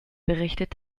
berichtet